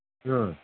ꯎꯝ